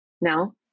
no